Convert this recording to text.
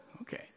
Okay